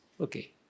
Okay